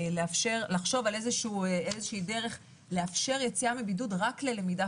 לחשוב על איזושהי דרך לאפשר יציאה מבידוד רק ללמידה